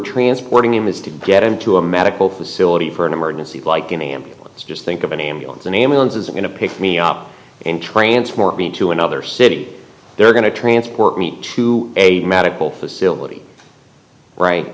transporting him is to get him to a medical facility for an emergency like an ambulance just think of an ambulance and ambulances are going to pick me up and transport me to another city they're going to transport me to a medical facility right